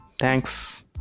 Thanks